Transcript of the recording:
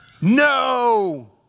no